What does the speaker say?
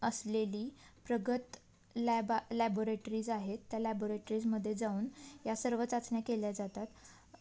असलेली प्रगत लॅबा लॅबोरेटरीज आहेत त्या लॅबोरेटरीजमधे जाऊन या सर्व चाचण्या केल्या जातात